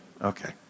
okay